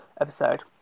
episode